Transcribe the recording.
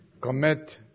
commit